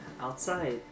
outside